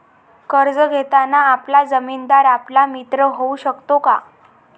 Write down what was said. कर्ज घेताना आपला जामीनदार आपला मित्र होऊ शकतो का?